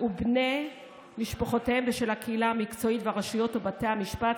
ובני משפחותיהם ושל הקהילה המקצועית והרשויות ובתי המשפט,